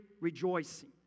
rejoicing